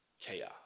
chaos